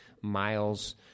miles